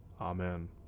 Amen